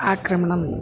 आक्रमणम्